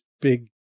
big